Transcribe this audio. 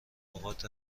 نقاط